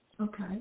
Okay